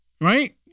Right